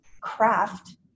craft